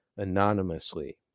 anonymously